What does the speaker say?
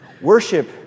Worship